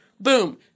Boom